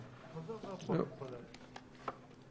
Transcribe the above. מה זה אומר "פועלים כל העת"?